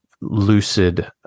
lucid